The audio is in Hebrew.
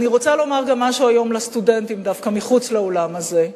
אני רוצה לומר היום משהו גם לסטודנטים דווקא מחוץ לאולם הזה.